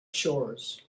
chores